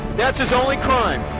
that's his only crime.